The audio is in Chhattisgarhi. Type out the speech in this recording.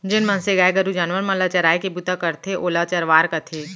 जेन मनसे गाय गरू जानवर मन ल चराय के बूता करथे ओला चरवार कथें